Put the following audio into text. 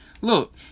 look